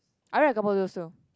I look like a